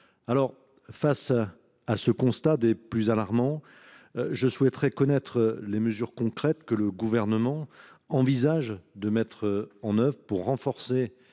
Face à ce constat des plus alarmants, je souhaiterais connaître les mesures concrètes que le Gouvernement envisage de mettre en œuvre pour renforcer